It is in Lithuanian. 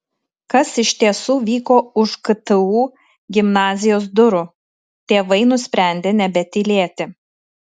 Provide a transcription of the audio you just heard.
kas iš tiesų vyko už ktu gimnazijos durų tėvai nusprendė nebetylėti